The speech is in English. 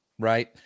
Right